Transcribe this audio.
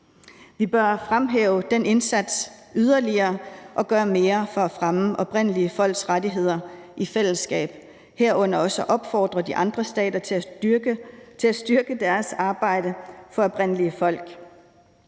fremme den indsats og gøre mere for at fremme oprindelige folks rettigheder i fællesskab, herunder også opfordre de andre stater til at styrke deres arbejde for oprindelige folk.